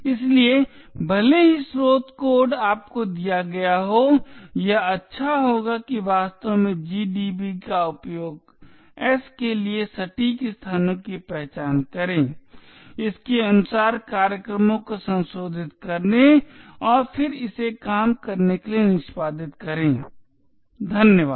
इसलिए भले ही स्रोत कोड आपको दिया गया हो यह अच्छा होगा कि वास्तव में GDB का उपयोग s के लिए सटीक स्थानों की पहचान करें इसके अनुसार कार्यक्रमों को संशोधित करने और फिर इसे काम करने के लिए निष्पादित करें धन्यवाद